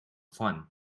fun